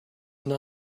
not